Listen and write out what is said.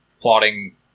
plotting